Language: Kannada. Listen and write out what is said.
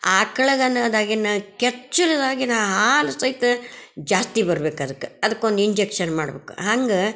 ಆಕಳಾಗನದಾಗಿನ್ನ ಕೆಚ್ಚಲುದಾಗಿನ ಹಾಲು ಸಹಿತ ಜಾಸ್ತಿ ಬರ್ಬೇಕು ಅದಕ್ಕೆ ಅದಕ್ಕೊಂದು ಇಂಜೆಕ್ಷನ್ ಮಾಡ್ಬೇಕು ಹಂಗೆ